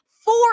four